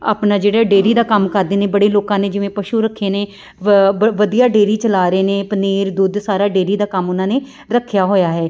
ਆਪਣਾ ਜਿਹੜਾ ਡੇਰੀ ਦਾ ਕੰਮ ਕਰਦੇ ਨੇ ਬੜੇ ਲੋਕਾਂ ਨੇ ਜਿਵੇਂ ਪਸ਼ੂ ਰੱਖੇ ਨੇ ਵ ਵਧੀਆ ਡੇਰੀ ਚਲਾ ਰਹੇ ਨੇ ਪਨੀਰ ਦੁੱਧ ਸਾਰਾ ਡੇਰੀ ਦਾ ਕੰਮ ਉਹਨਾਂ ਨੇ ਰੱਖਿਆ ਹੋਇਆ ਹੈ